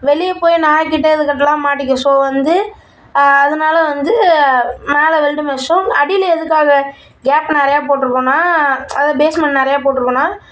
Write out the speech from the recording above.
வெளியே போய் நாய்கிட்டே இதுக்கிட்டேலாம் மாட்டிக்கும் ஸோ வந்து அதனால வந்து மேலே வெல்டு மெஷ்ஷும் அடியில் எதுக்காக கேப் நிறையா போட்ருக்கோம்ன்னா அதாவது பேஸ்மெண்ட் நிறையா போட்ருக்கோம்ன்னா